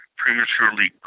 prematurely